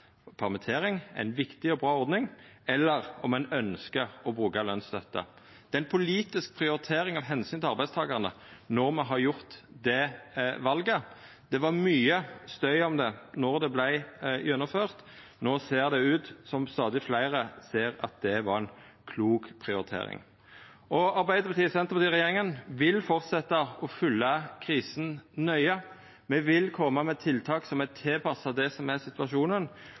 er ei viktig og bra ordning – eller om ein ønskjer å bruka lønsstøtte. Det er ei politisk prioritering av omsyn til arbeidstakarane når me har gjort det valet. Det var mykje støy om det då det vart gjennomført. No ser det ut som om stadig fleire ser at det var ei klok prioritering. Arbeiderparti–Senterparti-regjeringa vil fortsetja å følgja krisa nøye. Me vil koma med tiltak som er tilpassa det som er situasjonen.